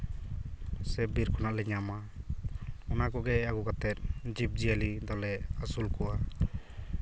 ᱥᱮ ᱵᱤᱨ ᱠᱷᱚᱱᱟᱜ ᱞᱮ ᱧᱟᱢᱟ ᱚᱱᱟ ᱠᱚᱜᱮ ᱟᱹᱜᱩ ᱠᱟᱛᱮᱫ ᱡᱤᱵᱽ ᱡᱤᱭᱟᱹᱞᱤ ᱫᱚᱞᱮ ᱟᱹᱥᱩᱞ ᱠᱚᱣᱟ